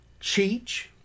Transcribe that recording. Cheech